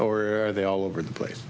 or are they all over the place